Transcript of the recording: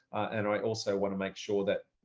and i also want to make sure that,